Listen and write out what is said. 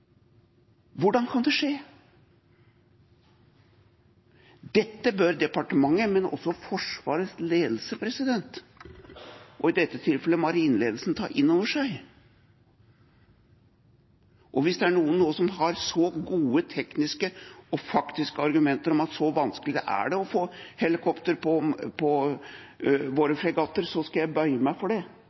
Hvordan kan det skje? Dette bør departementet, men også Forsvarets ledelse – i dette tilfellet marineledelsen – ta inn over seg. Hvis det er noen nå som har gode tekniske og faktiske argumenter om at det er så vanskelig å få helikopter på våre fregatter, skal jeg bøye meg for det.